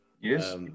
Yes